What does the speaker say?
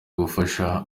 gufasha